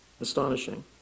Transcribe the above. astonishing